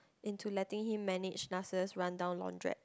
into letting him manage Nasser's rundown laundrette